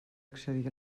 accedir